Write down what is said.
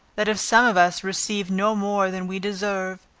that if some of us received no more than we deserve,